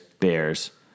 Bears